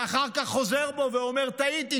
ואחר כך חוזר בו ואומר: טעיתי,